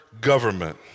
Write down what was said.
government